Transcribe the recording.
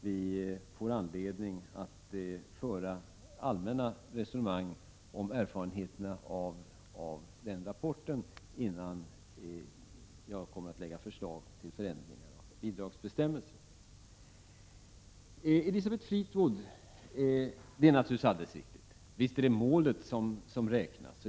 Vi får anledning att föra allmänna resonemang om erfarenheterna i den rapporten, innan jag kommer att lägga fram förslag till förändringar av bidragsbestämmelserna. Det är naturligtvis alldeles riktigt, Elisabeth Fleetwood, att det är målet som räknas.